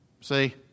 See